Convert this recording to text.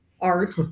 art